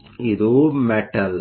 ಆದ್ದರಿಂದ ಇದು ಮೆಟಲ್